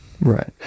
right